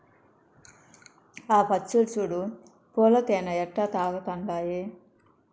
ఆ పచ్చులు చూడు పూల తేనె ఎట్టా తాగతండాయో